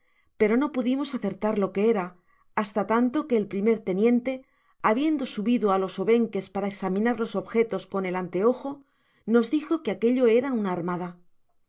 pero ne pudimos acertar lo que era hasta tanto que el primer teniente habiendo subido á los obenques para examinar los objetos con el anteojo nos dijo que aquello era una armada